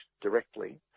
directly